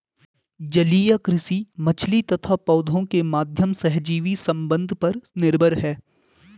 जलीय कृषि मछली तथा पौधों के माध्यम सहजीवी संबंध पर निर्भर है